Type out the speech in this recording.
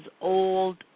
old